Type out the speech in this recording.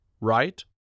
right